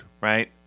right